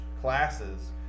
classes